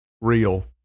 Real